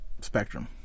spectrum